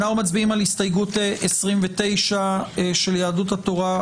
אנחנו מצביעים על הסתייגות 29 של יהדות התורה,